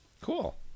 Cool